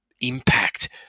impact